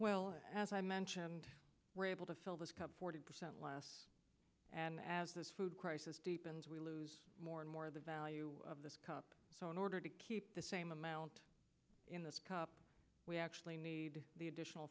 well as i mentioned we're able to fill this cup forty percent less and as this food crisis deepens we lose more and more of the value of this cup so in order to keep the same amount in this cup we actually need the additional